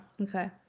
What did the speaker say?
Okay